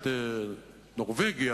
חבר הכנסת אורון, זמנך תם.